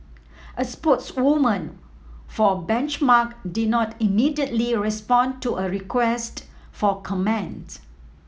a spokeswoman for Benchmark did not immediately respond to a request for comment